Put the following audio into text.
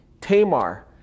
Tamar